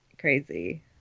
crazy